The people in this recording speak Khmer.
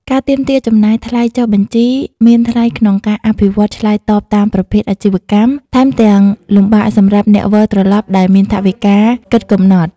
ការទាមទារចំណាយថ្លៃចុះបញ្ជីមានថ្លៃក្នុងការអភិវឌ្ឍន៍ឆ្លើយតបតាមប្រភេទអាជីវកម្ម ថែមទាំងលំបាកសម្រាប់អ្នកវិលត្រឡប់ដែលមានថវិកាគិតកំណត់។